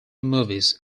movies